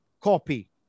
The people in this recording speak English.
copy